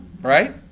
Right